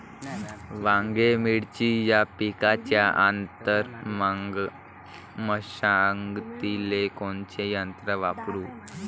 वांगे, मिरची या पिकाच्या आंतर मशागतीले कोनचे यंत्र वापरू?